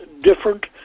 different